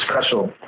special